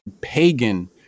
pagan